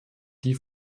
die